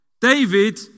David